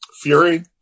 fury